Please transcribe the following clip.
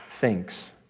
thinks